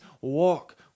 Walk